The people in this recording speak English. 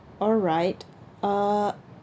alright uh